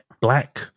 black